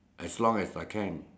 as long as I can